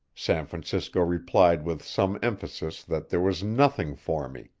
san francisco replied with some emphasis that there was nothing for me,